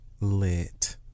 lit